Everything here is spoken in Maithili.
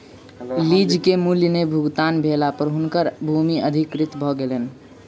लीज के मूल्य नै भुगतान भेला पर हुनकर भूमि अधिकृत भ गेलैन